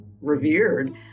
revered